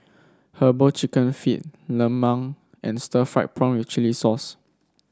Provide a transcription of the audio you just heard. herbal chicken feet lemang and Stir Fried Prawn with Chili Sauce